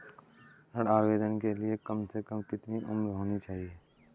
ऋण आवेदन के लिए कम से कम कितनी उम्र होनी चाहिए?